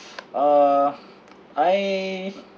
uh I